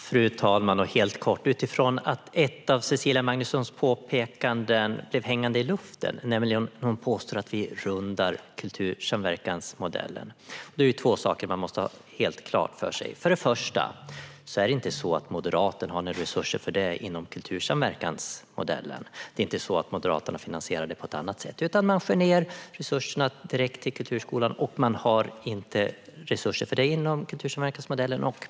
Fru talman! Helt kort: Utifrån att ett av Cecilia Magnussons påpekanden blev hängande i luften, nämligen att vi rundar kultursamverkansmodellen, är det två saker man måste ha helt klart för sig. För det första är det inte så att Moderaterna har några resurser för detta inom kultursamverkansmodellen. Moderaterna finansierar det inte på ett annat sätt, utan man skär ned resurserna direkt till kulturskolan och har inte resurser för detta inom kultursamverkansmodellen.